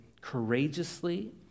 courageously